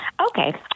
Okay